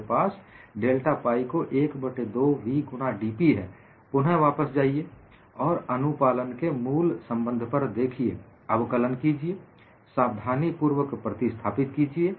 मेरे पास delta pi को 1 बट्टे 2 v गुणा dP है पुनः वापस जाइए और अनुपालन के मूल संबंध पर देखिए अवकलन कीजिए सावधानीपूर्वक प्रतिस्थापित कीजिए